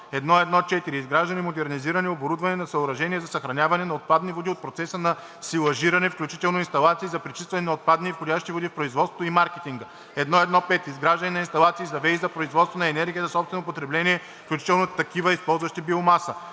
1.1.4. Изграждане/модернизиране/оборудване на съоръжения за съхраняване на отпадни води от процеса на силажиране, включително инсталации за пречистване на отпадъчни и входящи води в производството и маркетинга. 1.1.5. Изграждане на инсталации за ВЕИ за производство на енергия за собствено потребление, включително такива, използващи биомаса.